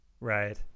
Right